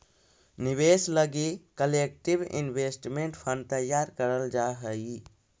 निवेश लगी collective investment fund तैयार करल जा हई